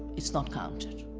it's not counted.